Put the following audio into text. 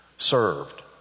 Served